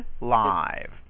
Live